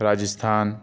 Rajasthan